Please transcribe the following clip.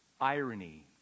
irony